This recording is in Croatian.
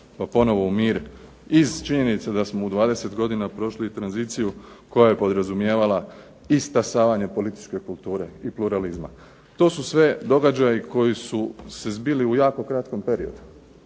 pa ponovo u mir, iz činjenice da smo u 20 godina prošli tranziciju koja je podrazumijevala i stasavanje političke kulture i pluralizma. To su sve događaji koji su se zbili u jako kratkom periodu.